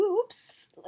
oops